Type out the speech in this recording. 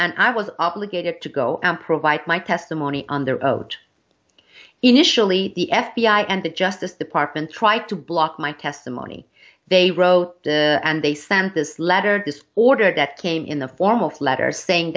and i was obligated to go and provide my testimony under oath initially the f b i and the justice department try to block my testimony they wrote and they sent this letter of this order that came in the form of letter saying